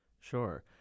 Sure